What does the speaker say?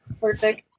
perfect